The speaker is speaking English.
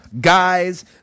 guys